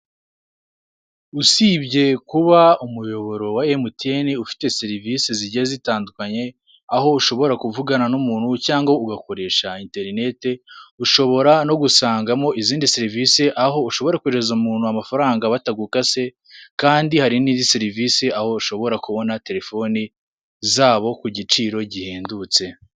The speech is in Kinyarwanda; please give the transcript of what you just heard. Usibye kuba umuyoboro wa emutiyene ufite serivisi zigiye zitandukanye, aho ushobora kuvugana n'umuntu cyangwa ugakoresha interinete, ushobora no gusangamo izindi serivise, aho ushobora kohereza umuntu amafaranga batagukase, kandi hari n'indi serivise, aho ushobora kubona telefone zabo ku giciro gihendutse.